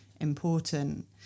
important